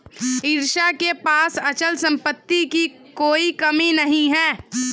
ईशा के पास अचल संपत्ति की कोई कमी नहीं है